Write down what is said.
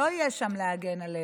לא יהיה שם להגן עליהן.